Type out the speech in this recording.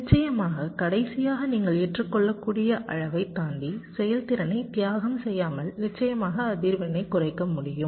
நிச்சயமாக கடைசியாக நீங்கள் ஏற்றுக்கொள்ளக்கூடிய அளவைத் தாண்டி செயல்திறனை தியாகம் செய்யாமல் நிச்சயமாக அதிர்வெண்ணைக் குறைக்க முடியும்